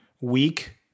week